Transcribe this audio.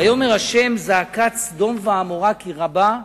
ויאמר ה' זעקת סדום ועמורה כי רבה,